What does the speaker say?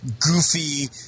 goofy